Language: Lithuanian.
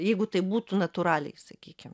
jeigu tai būtų natūraliai sakykime